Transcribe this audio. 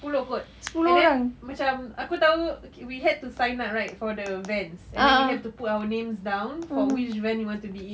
sepuluh kot and then macam aku tahu we had to sign up right for the vans and then we had to put our names down for which vans you want to be in